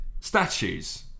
Statues